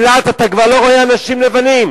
באילת אתה כבר לא רואה אנשים לבנים,